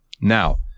now